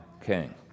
king